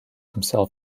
himself